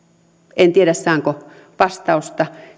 en tiedä saanko vastausta